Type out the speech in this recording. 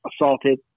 assaulted